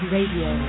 Radio